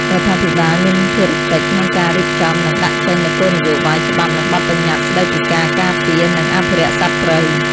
រដ្ឋាភិបាលមានភារកិច្ចក្នុងការរៀបចំ និងដាក់ចេញនូវគោលនយោបាយ ច្បាប់ និងបទប្បញ្ញត្តិស្តីពីការការពារ និងអភិរក្សសត្វព្រៃ។